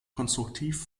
konstruktiv